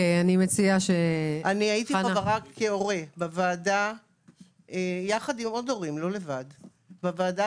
הייתי חברה בוועדה יחד עם עוד הורים, בוועדה